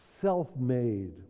self-made